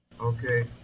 Okay